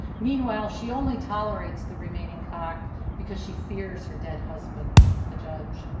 meanwhile she only tolerates the remaining cock because she fears her dead husband, the judge.